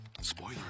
Spoiler